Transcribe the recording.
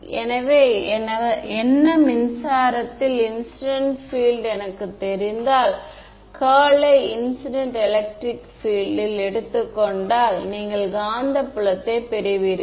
எனவே என்ன மின்சாரத்தில் இன்சிடென்ட் பீல்ட் எனக்குத் தெரிந்தால் கர்ல் யை இன்சிடென்ட் எலக்ட்ரிக் பீல்ட் ல் எடுத்துக் கொண்டால் நீங்கள் காந்தப்புலத்தை பெறுவீர்கள்